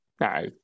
No